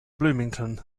bloomington